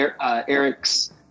Eric's